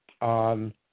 on